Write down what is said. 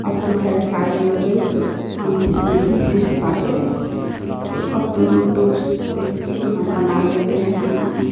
अब तो ख़ैर शादी हो गई है तो मम्मी से नहीं सीख पाते तो अब तो यूट्यूब से देखकर हम बना लेते हैं खाना